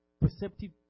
Perceptive